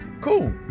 Cool